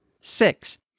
Six